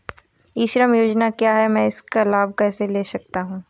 ई श्रम योजना क्या है मैं इसका लाभ कैसे ले सकता हूँ?